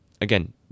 Again